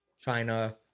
China